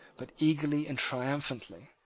but eagerly and triumphantly.